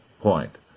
point